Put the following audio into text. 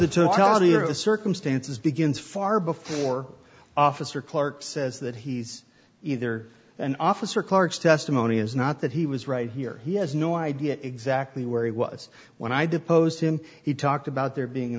the circumstances begins far before officer clark says that he's either an officer clarke's testimony is not that he was right here he has no idea exactly where he was when i deposed him he talked about there being an